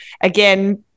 Again